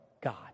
God